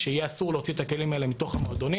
צריכים שיהיה אסור להוציא את הכלים האלה מתוך המועדונים.